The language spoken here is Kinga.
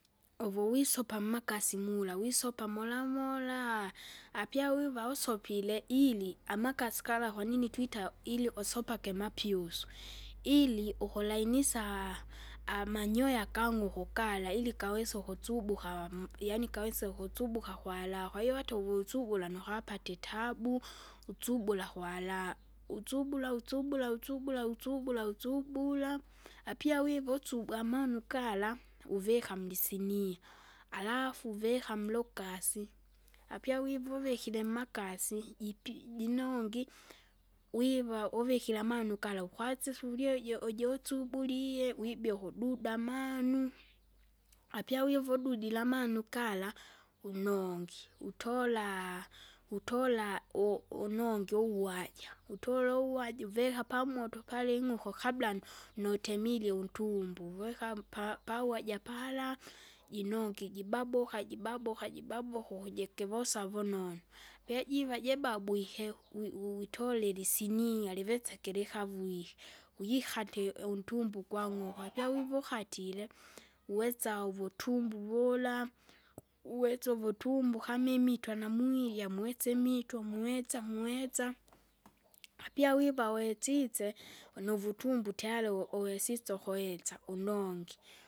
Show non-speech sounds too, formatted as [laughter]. Uvuwisopa mmakasi mula wisopa molamola! apyawiva usupile ili amakasi gala kwanini twita ili usopage mapyusu. [noise] Ili ukulainisa, [noise] amanyoya gang'uku gala ili kawese ukusubuka [noise] yaani kawese ukusubuka kwa raha, kwahiyo hata uvusugura nukapata itabu, [noise] usubula kwa raha. [noise] Usubula usubula usubula usubula usubula! apia wiva usubua amanu kala, uvika mulisinia, alafu uvika mlokasi, apya wivuvikele mmakasi, [noise] jipi jinongi, wiva uvikira amanu gala ukwasisulie jo ojusubulie wibie ukududa amanu, [noise] apya wiva ududile amanunu gala unongi [noise] utola, utola, u- unongi uwaja, [noise] utola uwaja uveka pamoto pala ing'uku kabla nutemirye untumbu wekam pa- pawaja pala, jinongi jibabuka jibabuka jibabuka ukujikivosa vunonu. Ve jiva jibabwike, wi- wi- witola ilisinia liveseke likavyihe. Gwikate iuntumbu ugwang'uku [noise] apiwivu ukatile uwesa uvutumbu vula, [noise] uwesa uvutumbo kamimi itwa namwirya mwesa imito mwesa mwesa. [noise] Apyawiva wesise unuvutumbo tayari uvu- uwesise ukuwesa unongi. [noise]